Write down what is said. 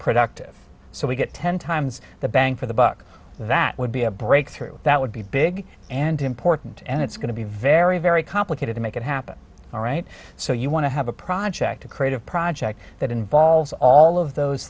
productive so we get ten times the bang for the buck that would be a breakthrough that would be big and important and it's going to be very very complicated to make it happen all right so you want to have a project a creative project that involves all of those